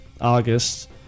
August